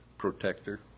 protector